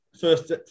first